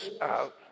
out